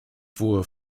vor